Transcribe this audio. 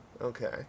Okay